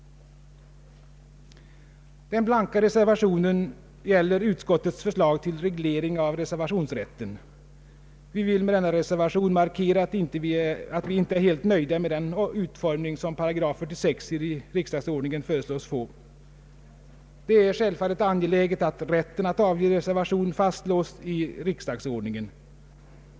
Den blanka reservationen gäller utskottets förslag till reglering av reservationsrätten. Vi vill med denna reservation markera att vi inte är helt nöjda med den utformning som § 46 i riksdagsordningen föreslås få. Det är självfallet angeläget att rätten att avge reservation fastslås i riksdagsordningen.